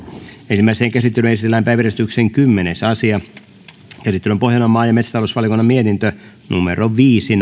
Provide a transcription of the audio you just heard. ensimmäiseen käsittelyyn esitellään päiväjärjestyksen kymmenes asia käsittelyn pohjana on maa ja metsätalousvaliokunnan mietintö viisi